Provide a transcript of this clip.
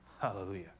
Hallelujah